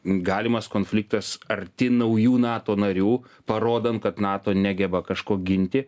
galimas konfliktas arti naujų nato narių parodant kad nato negeba kažko ginti